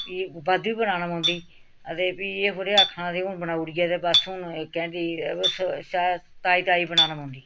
फ्ही बद्ध बी बनाने पौंदी ते फ्ही एह् थोह्ड़ी आक्खना कि हून बनाई ऐ ते बस हून इक घैंटे ताज़ी ताज़ी बनाने पौंदी